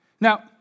Now